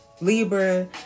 Libra